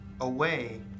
away